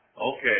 Okay